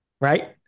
Right